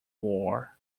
war